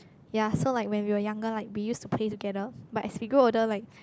ya so like when we were younger like we used to play together but as we grow older like